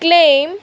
claim